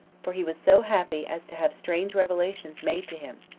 for he was so happy as to have strange revelations made to him,